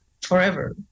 forever